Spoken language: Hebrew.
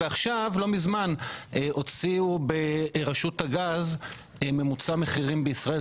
לא מזמן, רשות הגז הוציאה ממוצע מחירים בישראל.